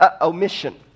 Omission